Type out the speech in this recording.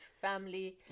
family